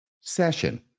session